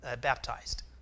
baptized